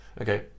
Okay